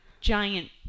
giant